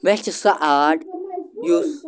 مےٚ چھِ سۄ آرٹ یُس